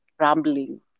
rambling